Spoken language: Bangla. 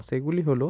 সেগুলি হলো